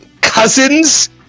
Cousins